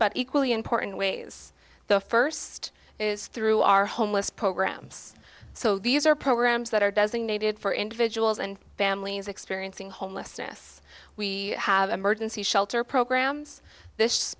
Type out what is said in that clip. but equally important ways the first is through our homeless programs so these are programs that are designated for individuals and families experiencing homelessness we have emergency shelter programs this